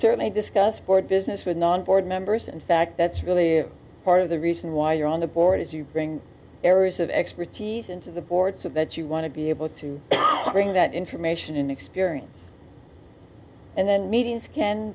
certainly discuss board business with non board members in fact that's really part of the reason why you're on the board as you bring areas of expertise into the board so that you want to be able to bring that information in experience and then meetings can